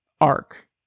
arc